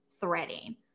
threading